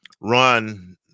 run